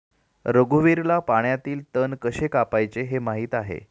रघुवीरला पाण्यातील तण कसे कापायचे हे माहित आहे